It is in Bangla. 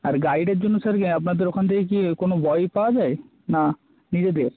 আর গাইডের জন্য স্যার কি আপনাদের ওখান থেকে কি কোনো বয় পাওয়া যায় না নিজেদের